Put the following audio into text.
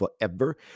forever